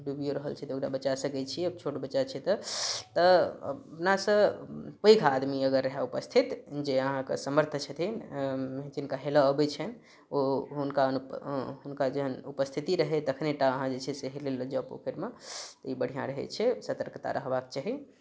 डूइबियो रहल छै तऽ ओकरा बचा सकै छी छोट बच्चा छै तऽ तऽ अपना सँ पैघ आदमी अगर रहै उपस्थित जे अहाँके समर्थ छथिन जिनका हेलऽ अबै छनि ओ हुनका हुनका जहन उपस्थिति रहै तखने टा अहाँ जे छै से अहाँ हेले लए जाउ पोखरि मे ई बढ़िऑं रहै छै सतर्कता रहबाक चाही